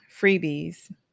freebies